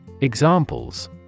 Examples